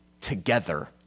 together